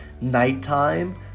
nighttime